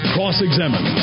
Cross-Examine